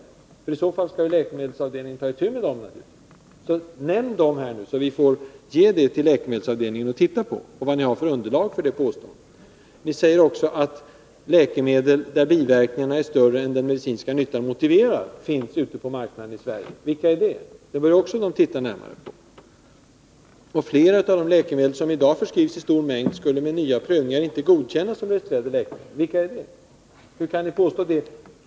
Om det finns sådana skall ju läkemedelsavdelningen ta itu med dem. Nämn dem här, så att vi får ge uppgifterna till läkemedelsavdelningen, som kan undersöka vad ni har för underlag för det påståendet. Ni säger också att läkemedel, där biverkningarna är större än den medicinska nyttan motiverar, finns i Sverige. Vilka är det? Också det bör läkemedelsavdelningen se närmare på. Flera av de läkemedel som i dag förskrivs i stora mängder skulle med nya prövningar inte godkännas som registrerade läkemedel, säger ni vidare. Vilka är det? Hur kan ni påstå det?